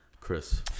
chris